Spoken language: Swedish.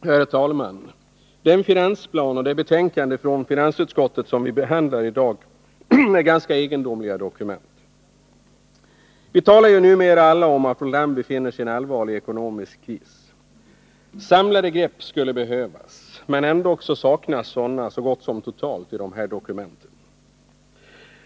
Herr talman! Den finansplan och det betänkande från finansutskottet som vii dag behandlar är ganska egendomliga dokument. Vi talar numera alla om att vårt land befinner sig i en allvarlig ekonomisk kris. Samlade grepp skulle behövas. Ändock saknas sådana så gott som totalt i dessa dokument.